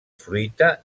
fruita